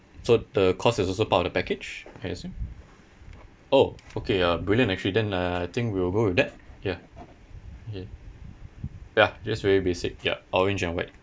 so the cost is also part of the package I assume oh okay uh brilliant actually then uh I think we will go with that ya ya ya just very basic ya orange and white